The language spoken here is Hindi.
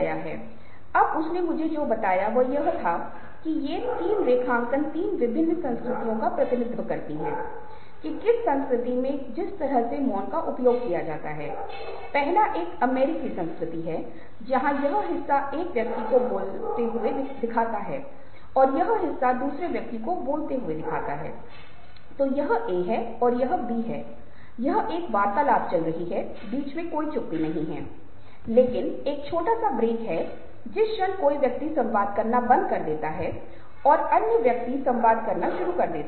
मास्किंग एक ऐसी चीज है जो व्यंग्यात्मक अभिव्यक्तियों से संबंधित है मास्किंग वह जगह है जहां पहले या भावनाएं प्रकट होने के दौरान आप इसे नियंत्रित करते हैं मास्किंग एक मृत चेहरे की तरह होती है जिसका मतलब है 'भावों के बिना एक चेहरा' मास्किंग तब हो सकती है जब एक विकल्प अथवा एक अभिव्यक्ति होती है